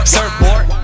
Surfboard